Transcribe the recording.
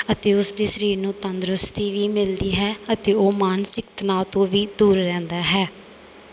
ਅਤੇ ਉਸ ਦੀ ਸਰੀਰ ਨੂੰ ਤੰਦਰੁਸਤੀ ਵੀ ਮਿਲਦੀ ਹੈ ਅਤੇ ਉਹ ਮਾਨਸਿਕ ਤਨਾਅ ਤੋਂ ਵੀ ਦੂਰ ਰਹਿੰਦਾ ਹੈ